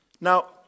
Now